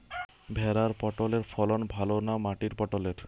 ভেরার পটলের ফলন ভালো না মাটির পটলের?